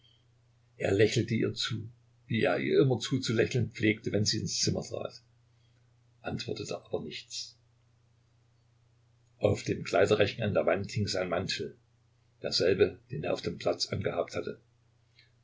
er lächelte ihr zu wie er ihr immer zuzulächeln pflegte wenn sie ins zimmer trat antwortete aber nichts auf dem kleiderrechen an der wand hing sein mantel derselbe den er auf dem platz angehabt hatte